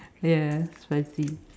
yeah spicy